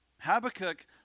Habakkuk